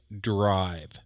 drive